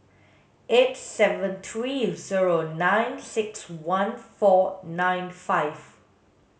eight seven three zero nine six one four nine five